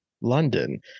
london